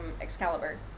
Excalibur